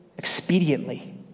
expediently